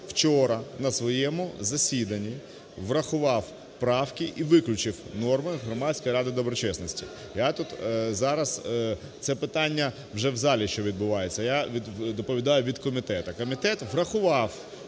вчора на своєму засіданні врахував правки і виключив норми Громадської ради доброчесності. Я тут зараз це питання вже в залі, що відбувається, я доповідаю від комітету. Комітет врахував,